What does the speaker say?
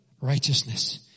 righteousness